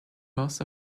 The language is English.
most